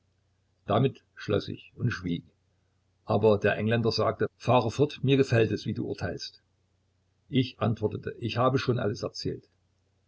damit schloß ich und schwieg aber der engländer sagte fahre fort mir gefällt es wie du urteilst ich antwortete ich habe schon alles erzählt